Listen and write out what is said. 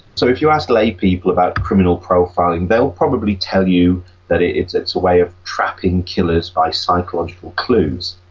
so if you ask lay people about criminal profiling they'll probably tell you that it's it's a way of trapping killers by psychological clues.